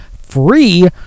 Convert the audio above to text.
free